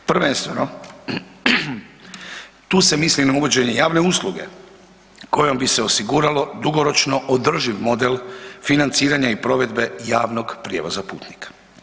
Prvenstveno tu se misli na uvođenje javne usluge kojom bi se osiguralo dugoročno održiv model financiranja i provedbe javnog prijevoza putnika.